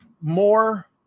more